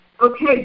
Okay